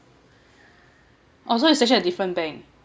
oh so it's actually a different bank